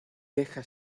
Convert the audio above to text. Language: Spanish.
deja